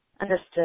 understood